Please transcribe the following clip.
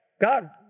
God